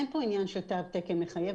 אין כאן עניין של תו תקן מחייב.